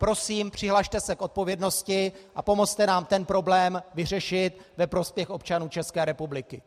Prosím, přihlaste se k odpovědnosti a pomozte nám ten problém vyřešit ve prospěch občanů České republiky.